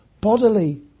bodily